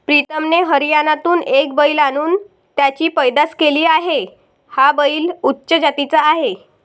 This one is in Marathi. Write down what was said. प्रीतमने हरियाणातून एक बैल आणून त्याची पैदास केली आहे, हा बैल उच्च जातीचा आहे